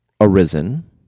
arisen